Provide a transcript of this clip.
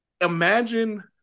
imagine